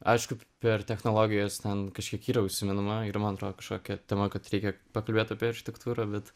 aišku per technologijas ten kažkiek yra užsimenama ir man atrodo kažkokia tema kad reikia pakalbėt apie architektūrą bet